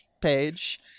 page